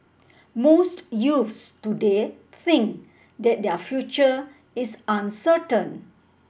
most youths today think that their future is uncertain